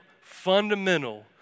fundamental